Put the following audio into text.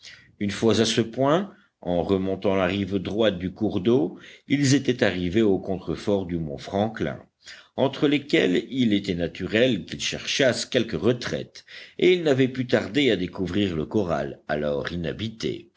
une fois à ce point en remontant la rive droite du cours d'eau ils étaient arrivés aux contreforts du mont franklin entre lesquels il était naturel qu'ils cherchassent quelque retraite et ils n'avaient pu tarder à découvrir le corral alors inhabité